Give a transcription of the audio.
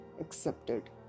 accepted